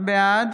בעד